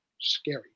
scary